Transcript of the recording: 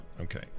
Okay